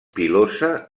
pilosa